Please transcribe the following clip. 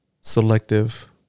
selective